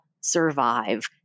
survive